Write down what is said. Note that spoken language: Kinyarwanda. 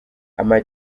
ama